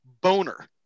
boner